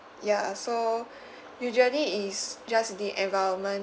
ya so usually is just the environment